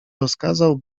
rozkazał